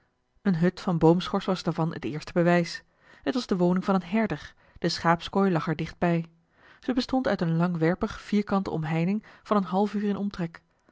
eene hut van boomschors was daarvan het eerste bewijs t was de woning van een herder de schaapskooi lag er dicht bij ze bestond uit eene langwerpig vierkante omheining van een half uur in omtrek